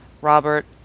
Robert